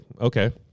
okay